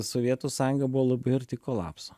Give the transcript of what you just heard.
sovietų sąjunga buvo labai arti kolapso